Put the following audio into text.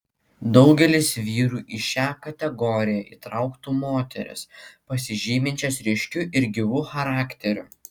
daugelis vyrų į šią kategoriją įtrauktų moteris pasižyminčias ryškiu ir gyvu charakteriu